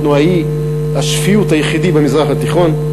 אנחנו אי השפיות היחידי במזרח התיכון.